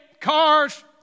cars